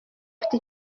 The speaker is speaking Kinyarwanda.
afite